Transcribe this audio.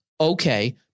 okay